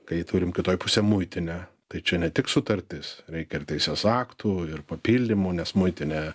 kai turim kitoj pusėj muitinę tai čia ne tik sutartys reikia ir teisės aktų ir papildymų nes muitinė